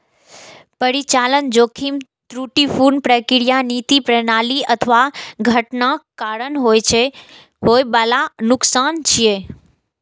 परिचालन जोखिम त्रुटिपूर्ण प्रक्रिया, नीति, प्रणाली अथवा घटनाक कारण होइ बला नुकसान छियै